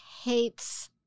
hates